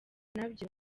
nabyo